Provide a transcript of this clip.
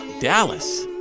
Dallas